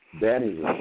Danny's